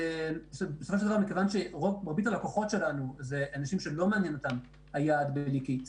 בסופו של דבר מרבית הלקוחות שלנו זה אנשים שלא מעניין אותם היעד בליקית,